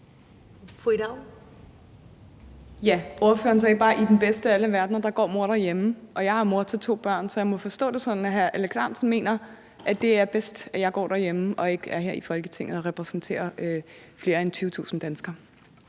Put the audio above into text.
Ida Auken (S): Ordføreren sagde bare, at i den bedste af alle verdener går mor derhjemme, og jeg er mor til to børn, så jeg må forstå det sådan, at hr. Alex Ahrendtsen mener, at det er bedst, at jeg går derhjemme og ikke er her i Folketinget og repræsenterer flere end 20.000 danskere.